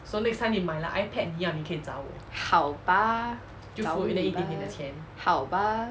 好吧找你吧好吧